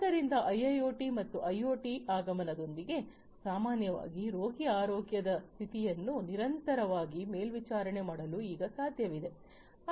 ಆದ್ದರಿಂದ ಐಐಒಟಿ ಮತ್ತು ಐಒಟಿ ಆಗಮನದೊಂದಿಗೆ ಸಾಮಾನ್ಯವಾಗಿ ರೋಗಿಯ ಆರೋಗ್ಯ ಸ್ಥಿತಿಯನ್ನು ನಿರಂತರವಾಗಿ ಮೇಲ್ವಿಚಾರಣೆ ಮಾಡಲು ಈಗ ಸಾಧ್ಯವಿದೆ